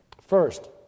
First